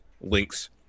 Links